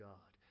God